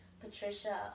Patricia